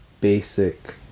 basic